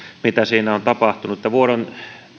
mitä siinä on tapahtunut vuodon